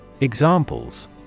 Examples